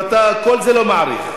ואתה את כל זה לא מעריך,